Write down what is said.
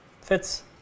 fits